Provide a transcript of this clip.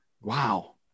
Wow